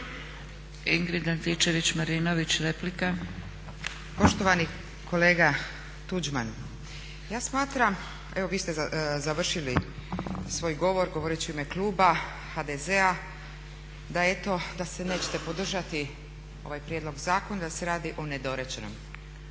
**Antičević Marinović, Ingrid (SDP)** Poštovani kolega Tuđman, ja smatram evo vi ste završili svoj govor govoreći u ime kluba HDZ-a da eto, da se nećete podržati ovaj prijedlog, da se radi o nedorečenom